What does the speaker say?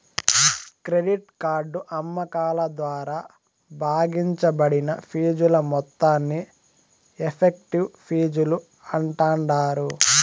credit card అమ్మకాల ద్వారా భాగించబడిన ఫీజుల మొత్తాన్ని ఎఫెక్టివ్ ఫీజులు అంటాండారు